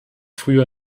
früher